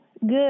good